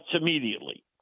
immediately